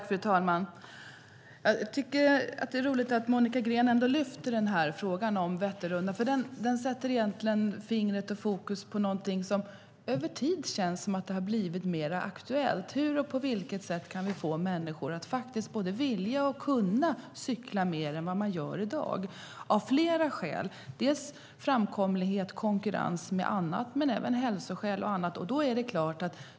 Fru talman! Det är roligt att Monica Green lyfter upp frågan om Vätternrundan. Den sätter fokus på något som känns alltmer aktuellt. Hur kan vi få människor att både vilja och kunna cykla mer än vad man gör i dag? Det finns flera skäl. Det handlar om framkomlighet och konkurrens med annat, men också om hälsa.